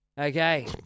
Okay